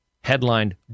headlined